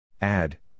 Add